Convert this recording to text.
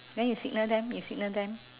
then you signal them you signal them